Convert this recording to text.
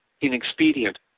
inexpedient